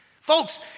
Folks